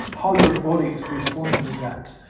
how your body is responding with that,